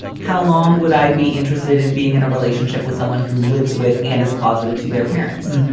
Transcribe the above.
how long would i be interested in being in a relationship with someone who lives with and is closeted to their parents?